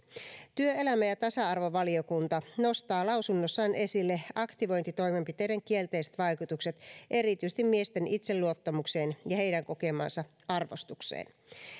työelämä ja tasa arvovaliokunta nostaa lausunnossaan esille aktivointitoimenpiteiden kielteiset vaikutukset erityisesti miesten itseluottamukseen ja heidän kokemaansa arvostukseen